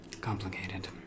complicated